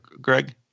Greg